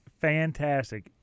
fantastic